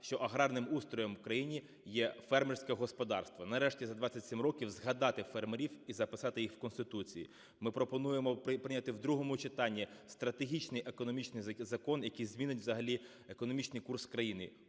що аграрним устроєм в країні є фермерське господарство. Нарешті за 27 років загадати фермерів і записати їх в Конституції. Ми пропонуємо прийняти в другому читанні стратегічний економічний закон, який змінить взагалі економічний курс країни